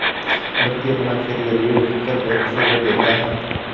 व्यक्ति अपना खेत गिरवी रखकर बैंक से ऋण लेता है